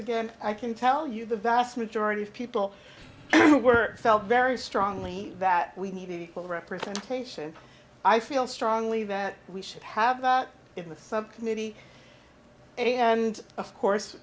again i can tell you the vast majority of people who work felt very strongly that we need equal representation i feel strongly that we should have that in the subcommittee and of course